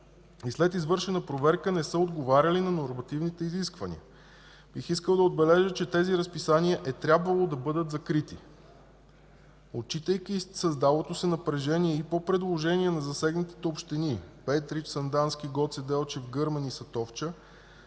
и след извършена проверка не са отговаряли на нормативните изисквания. Бих искал да отбележа, че тези разписания е трябвало да бъдат закрити. Отчитайки създалото се напрежение и по предложение на засегнатите общини – Петрич, Сандански, Гоце Делчев, Гърмен и Сатовча,